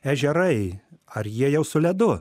ežerai ar jie jau su ledu